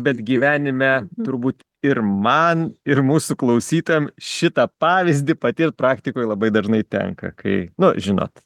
bet gyvenime turbūt ir man ir mūsų klausytojam šitą pavyzdį patirt praktikoj labai dažnai tenka kai nu žinot